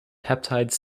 peptide